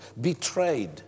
betrayed